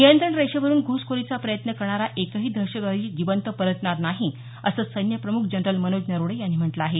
नियंत्रण रेषेवरून घुसखोरीचा प्रयत्न करणारा एकही दहशतवादी जिवंत परतणार नाही असं सैन्यप्रमुख जनरल मनोज नरवणे यांनी म्हटलं आहे